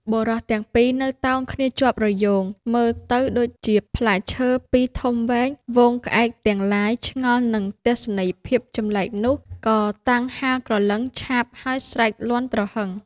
បុរសទាំងពីរនៅតោងគ្នាជាប់រយោង មើលទៅដូចជាផ្លែឈើពីរធំវែង។ ហ្វូងក្អែកទាំង ឡាយឆ្ងល់នឹងទស្សនីយភាពចម្លែកនោះ ក៏តាំងហើរក្រឡឹងឆាប ហើយស្រែកលាន់ទ្រហឹង។